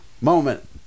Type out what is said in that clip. Moment